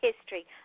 history